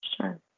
Sure